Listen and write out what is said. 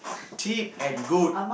cheap and good